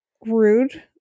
rude